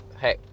hey